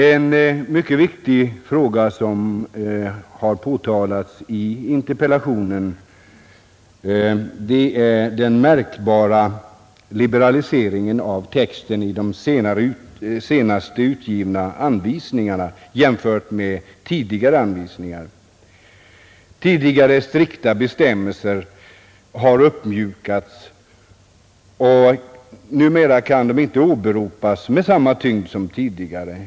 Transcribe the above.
En mycket viktig fråga som har påtalats i interpellationen är den märkbara liberaliseringen av texten i de senast utgivna anvisningarna jämfört med förut utfärdade anvisningar. Tidigare strikta bestämmelser har uppmjukats och kan numera inte åberopas med samma tyngd som förut.